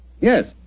Yes